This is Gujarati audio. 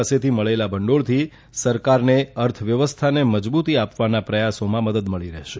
પાસેથી મળેલા ભંડોળથી સરકારને અર્થવ્યવસ્થાને મજબૂતી આપવાના પ્રથાસોમાં મદદ મળી રહેશે